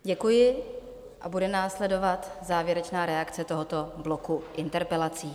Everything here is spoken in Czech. Děkuji a bude následovat závěrečná reakce tohoto bloku interpelací.